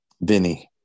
Vinny